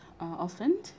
often